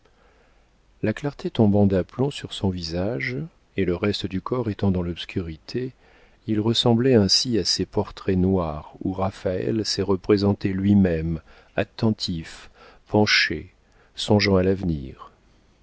la clarté tombant d'aplomb sur son visage et le reste du corps étant dans l'obscurité il ressemblait ainsi à ces portraits noirs où raphaël s'est représenté lui-même attentif penché songeant à l'avenir